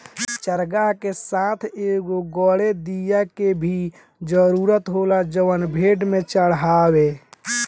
चारागाह के साथ एगो गड़ेड़िया के भी जरूरत होला जवन भेड़ के चढ़ावे